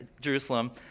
Jerusalem